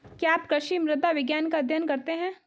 क्या आप कृषि मृदा विज्ञान का अध्ययन करते हैं?